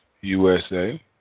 USA